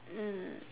mm